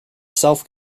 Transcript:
self